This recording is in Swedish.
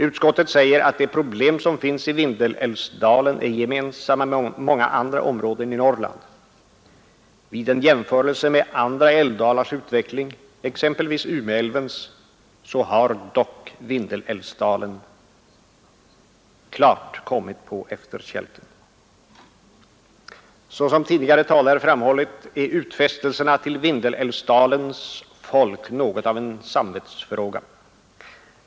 Utskottet säger att de problem som finns i Vindelälvsdalen är gemensamma med många andra områdens i Norrland, Vid en jämförelse med andra älvdalars utveckling, exempelvis Umeälvens, visar det sig dock att Vindelälvsdalen kommit på efterkälken. Såsom tidigare talare framhållit är utfästelserna till Vindelälvsdalens befolkning något av en samvetsfråga.